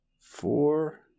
four